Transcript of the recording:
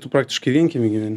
tu praktiškai vienkiemy gyveni